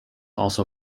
also